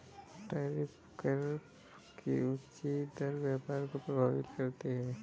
tariff कर की ऊँची दर व्यापार को प्रभावित करती है